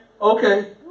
Okay